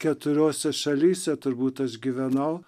keturiose šalyse turbūt aš gyvenau